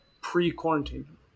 pre-quarantine